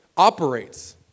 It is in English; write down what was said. operates